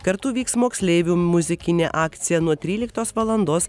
kartu vyks moksleivių muzikinė akcija nuo tryliktos valandos